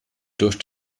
durch